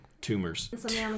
tumors